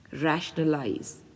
rationalize